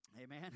Amen